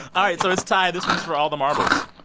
all right. so it's tied. this one's for all the marbles.